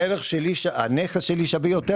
הערך של הנכס שלי שווה יותר,